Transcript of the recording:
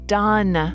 done